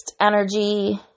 energy